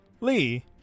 Lee